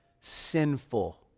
sinful